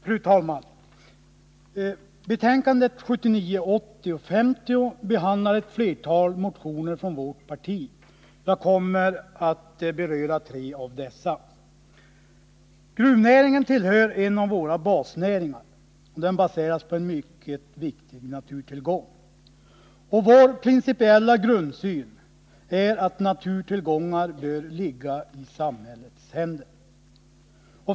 Fru talman! Betänkandet 1979/80:50 behandlar ett flertal motioner från vårt parti. Jag kommer att beröra tre av dessa. Gruvnäringen är en av våra basnäringar. Den baseras på en mycket viktig naturtillgång. Vår principiella grundsyn är att naturtillgångar bör tillhöra staten.